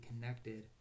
connected